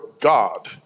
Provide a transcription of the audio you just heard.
God